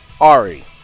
Ari